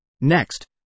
Next